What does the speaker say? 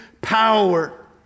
power